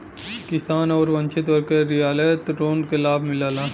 किसान आउर वंचित वर्ग क रियायत लोन क लाभ मिलला